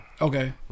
Okay